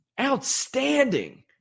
outstanding